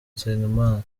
nsengimana